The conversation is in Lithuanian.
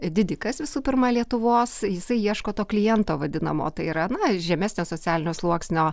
didikas visų pirma lietuvos jisai ieško to kliento vadinamo tai yra na žemesnio socialinio sluoksnio